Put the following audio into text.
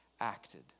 acted